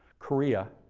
korea,